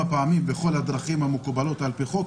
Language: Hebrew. פעמים בכל הדרכים המקובלות על פי חוק,